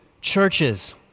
churches